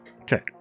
Okay